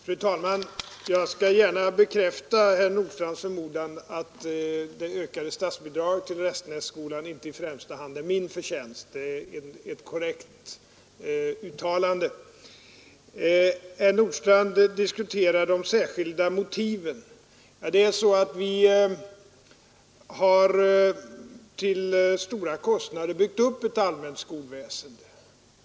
Fru talman! Jag skall gärna bekräfta herr Nordstrandhs förmodan att det ökade statsbidraget till Restenässkolan inte i främsta hand är min förtjänst. Det är ett korrekt uttalande. Herr Nordstrandh diskuterar de särskilda motiven. Ja, det är så att vi till stora kostnader har byggt upp ett allmänt skolväsende.